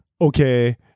okay